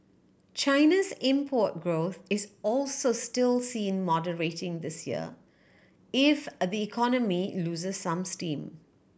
China's import growth is also still seen moderating this year if the economy loses some steam